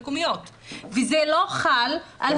אני הראשונה שאומרת: הנה,